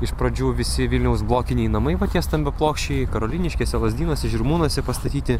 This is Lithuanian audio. iš pradžių visi vilniaus blokiniai namai vat tie stambiaplokščiai karoliniškėse lazdynuose žirmūnuose pastatyti